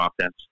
offense